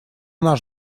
наш